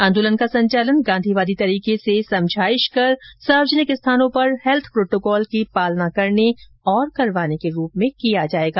आन्दोलन का संचालन गांधीवादी तरीके से समझाइश कर सार्वजनिक स्थानों पर हेत्थ प्रोटोकॉल की पालना करने और करवाने के रूप में किया जाएगा